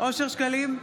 אושר שקלים,